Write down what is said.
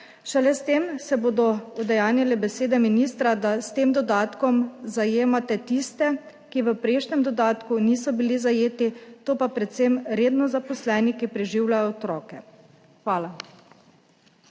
Šele s tem se bodo udejanjile besede ministra, da s tem dodatkom zajemate tiste, ki v prejšnjem dodatku niso bili zajeti, to pa so predvsem redno zaposleni, ki preživljajo otroke. Hvala.